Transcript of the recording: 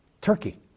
Turkey